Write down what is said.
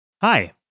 Hi